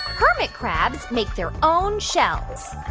hermit crabs make their own shells?